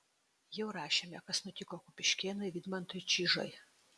jau rašėme kas nutiko kupiškėnui vidmantui čižai